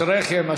אשריכם,